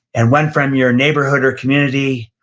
and one from your neighborhood or community,